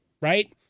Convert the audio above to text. right